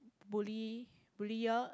bully bullier